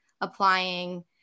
applying